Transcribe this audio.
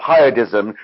Pietism